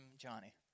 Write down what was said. Johnny